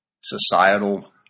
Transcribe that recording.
societal